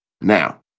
Now